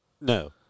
No